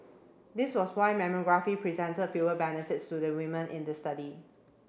this was why mammography presented fewer benefits to the women in the study